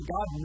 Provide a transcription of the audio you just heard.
God